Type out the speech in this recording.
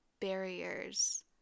barriers